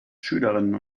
schülerinnen